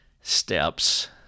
steps